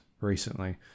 recently